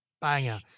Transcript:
banger